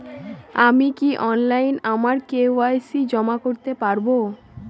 আমি কি অনলাইন আমার কে.ওয়াই.সি জমা করতে পারব?